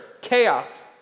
chaos